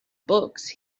books